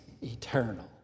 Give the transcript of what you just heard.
eternal